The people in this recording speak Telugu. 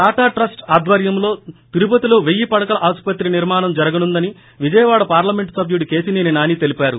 టాటా ట్రస్ట్ ఆధ్వర్యంలో తిరుపతిలో పెయ్యి పడకల ఆస్పత్రి నిర్మాణం జరగనుందని విజయవాడ పార్లమెంటు సభ్యుడు కేశిసేని నాని తెలిపారు